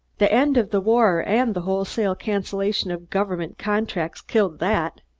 the end of the war and the wholesale cancellation of government contracts killed that.